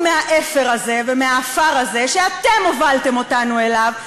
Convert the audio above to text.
מהאפר הזה ומהעפר הזה שאתם הובלתם אותנו אליו,